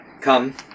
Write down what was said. come